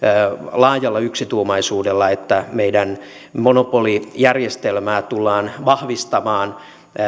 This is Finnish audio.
laajalla yksituumaisuudella että meidän monopolijärjestelmäämme tullaan vahvistamaan